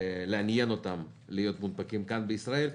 לעניין אותן להיות מונפקות כאן בישראל,